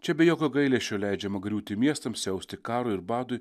čia be jokio gailesčio leidžiama griūti miestams siausti karui ir badui